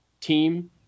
team